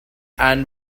and